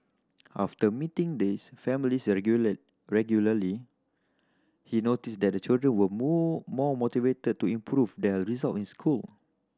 after meeting these families regular regularly he noticed that the children were more motivated to improve their result in school